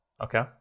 okay